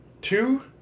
two